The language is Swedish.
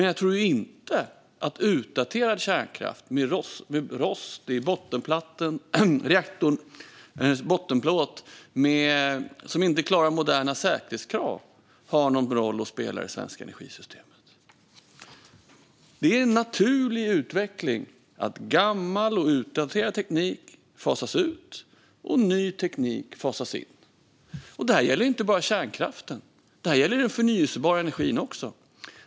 Jag tror dock inte att utdaterad kärnkraft som inte klarar moderna säkerhetskrav och med rost i reaktorns bottenplåt har någon roll att spela i det svenska energisystemet. Det är en naturlig utveckling att gammal och utdaterad teknik fasas ut och ny teknik fasas in. Det gäller inte bara kärnkraften utan även den förnybara energin.